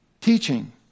Teaching